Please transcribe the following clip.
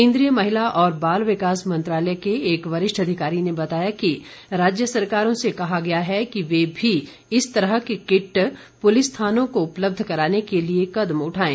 केन्द्रीय महिला और बाल विकास मंत्रालय के एक वरिष्ठ अधिकारी ने बताया कि राज्य सरकारों से कहा गया है कि वे भी इस तरह के किट पुलिस थानों को उपलब्ध कराने के लिए कदम उठाएं